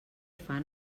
fan